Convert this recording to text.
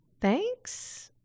Thanks